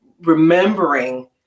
remembering